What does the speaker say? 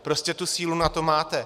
Prostě tu sílu na to máte.